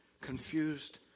confused